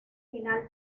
final